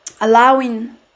allowing